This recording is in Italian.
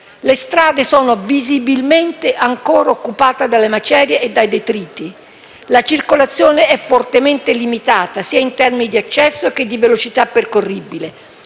Le strade sono visibilmente ancora occupate dalle macerie e dai detriti. La circolazione è fortemente limitata sia in termini di accesso che di velocità percorribile.